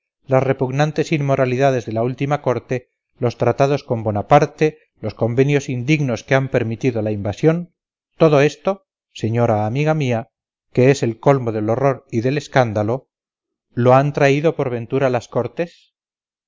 las repugnantes inmoralidades de la última corte los tratados con bonaparte los convenios indignos que han permitido la invasión todo esto señora amiga mía que es el colmo del horror y del escándalo lo han traído por ventura las cortes